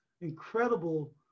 incredible